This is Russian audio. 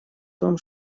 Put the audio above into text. том